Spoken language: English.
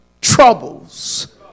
troubles